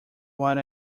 what